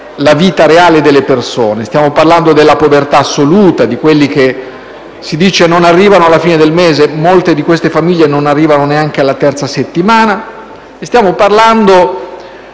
la vita reale delle persone. Stiamo parlando della povertà assoluta, di coloro che non arrivano alla fine del mese (molte di queste famiglie non arrivavo neanche alla terza settimana). Stiamo parlando,